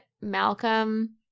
Malcolm